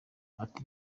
ati